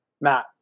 Matt